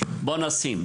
בואו נשים".